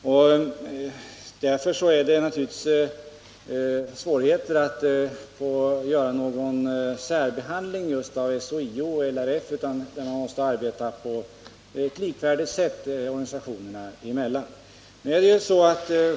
Därför är det naturligtvis svårt att särbehandla SHIO och LRF. Man måste behandla organisationerna på ett likvärdigt sätt.